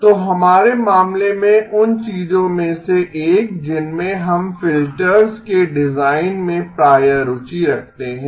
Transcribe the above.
तो हमारे मामले में उन चीजों में से एक जिनमे हम फिल्टर्स के डिजाइन में प्रायः रुचि रखते हैं